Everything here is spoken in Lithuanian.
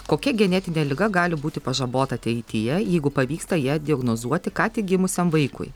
kokia genetinė liga gali būti pažabota ateityje jeigu pavyksta ją diagnozuoti ką tik gimusiam vaikui